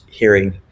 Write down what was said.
hearing